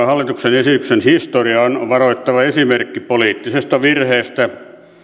hallituksen esityksen historia on varoittava esimerkki poliittisesta virheestä